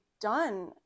done